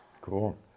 cool